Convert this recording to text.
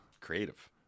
Creative